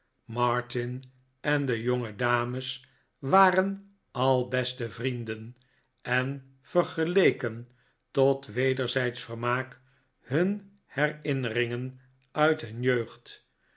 martin en de jongedames waren al beste vrienden en vergeleken tot wederzijdsch vermaak hun herinneringen uit nun jeugd